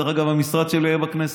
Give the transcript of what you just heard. המשרד שלי היה בכנסת.